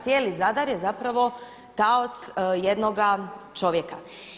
Cijeli Zadar je zapravo taoc jednoga čovjeka.